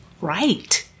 Right